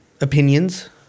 opinions